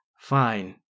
Fine